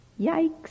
yikes